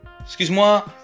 excuse-moi